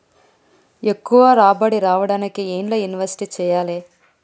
ఎక్కువ రాబడి రావడానికి ఎండ్ల ఇన్వెస్ట్ చేయాలే?